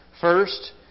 First